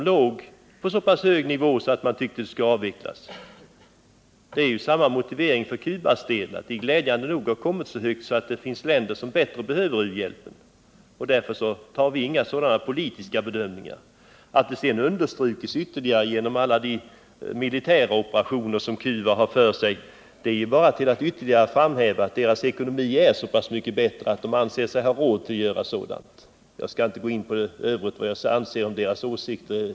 Jo, därför att det landet uppnått en så pass hög nivå. Motiveringen är densamma för Cubas del. Cuba har kommit dithän att det finns andra länder som bättre behöver u-hjälpen. Alla de militära operationer som Cuba har för sig framhäver ytterligare att ekonomin är bättre än tidigare. Annars skulle man inte anse sig ha råd med någonting sådant. Jag skall inte gå in på vad jag anser om regimens åsikter.